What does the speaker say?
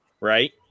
right